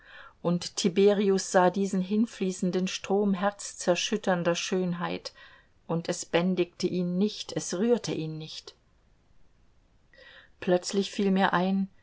und tiberius sah diesen hinfließenden strom herzerschütternder schönheit und es bändigte ihn nicht es rührte ihn nicht plötzlich fiel mir ein